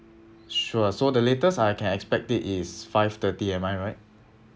sure so the latest I can expect it is five thirty am I right